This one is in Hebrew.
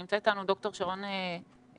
נמצאת איתנו ד"ר שרון אלרעי,